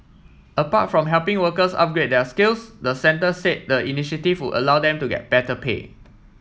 apart from helping workers upgrade their skills the centre said the initiative would allow them to get better pay